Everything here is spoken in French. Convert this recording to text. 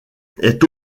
est